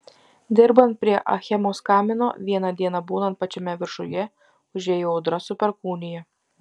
dirbant prie achemos kamino vieną dieną būnant pačiame viršuje užėjo audra su perkūnija